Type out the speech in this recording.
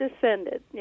Descended